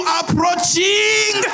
approaching